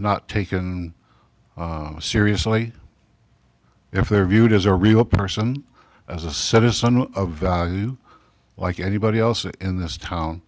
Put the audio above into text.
not taken seriously if they're viewed as a real person as a citizen of value like anybody else in this town